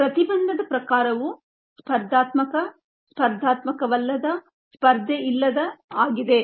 ಪ್ರತಿಬಂಧದ ಪ್ರಕಾರವು ಸ್ಪರ್ಧಾತ್ಮಕ ಸ್ಪರ್ಧಾತ್ಮಕವಲ್ಲದ ಸ್ಪರ್ಧೆಯಿಲ್ಲದ ಆಗಿದೆ